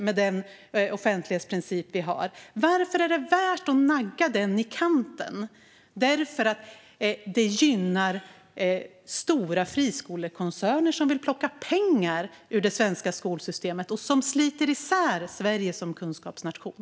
Är det värt att nagga den i kanten för att gynna stora friskolekoncerner som vill plocka ut pengar ur det svenska skolsystemet och som sliter isär Sverige som kunskapsnation?